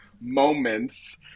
moments